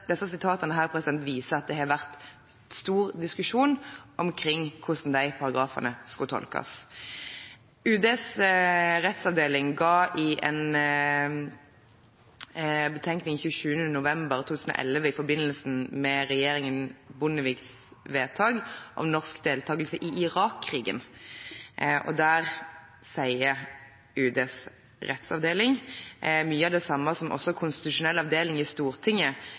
Disse sitatene viser at det har vært stor diskusjon omkring hvordan de paragrafene skulle tolkes. UDs rettsavdeling ga en betenkning 27. november 2001, i forbindelse med regjeringen Bondevik IIs vedtak om norsk deltakelse i Irak-krigen, og der sier UDs rettsavdeling mye av det samme som også konstitusjonell avdeling i Stortinget